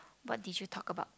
what did you talk about